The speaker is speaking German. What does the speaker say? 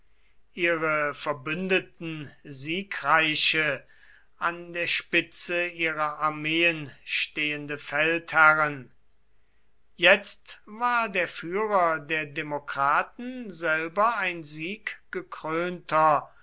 ihre verbündeten siegreiche an der spitze ihrer armeen stehende feldherren jetzt war der führer der demokraten selber ein